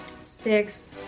six